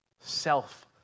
self